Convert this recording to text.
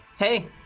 Hey